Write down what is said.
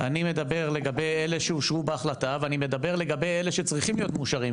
אני מדבר על אלה שאושרו בחלטה ואני מדבר על אלה שצריכים להיות מאושרים,